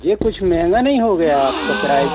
यह कुछ महँगा नहीं हो गया आपका प्राइज